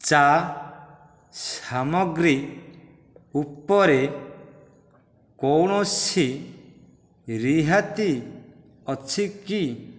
ଚା' ସାମଗ୍ରୀ ଉପରେ କୌଣସି ରିହାତି ଅଛି କି